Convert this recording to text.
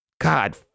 God